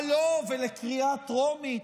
מה לו ולקריאה טרומית?